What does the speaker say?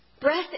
Breath